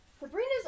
Sabrina's